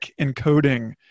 encoding